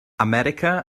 america